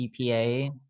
CPA